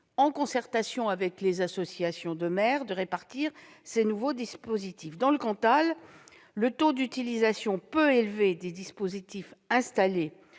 en concertation avec les associations départementales des maires, de répartir ces nouveaux dispositifs. Dans le Cantal, le taux d'utilisation peu élevé des dispositifs installés